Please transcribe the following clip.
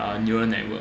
uh newer network